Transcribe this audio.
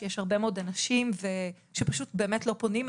שיש הרבה מאוד אנשים שפשוט באמת לא פונים,